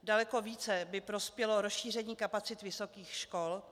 Daleko více by prospělo rozšíření kapacit vysokých škol.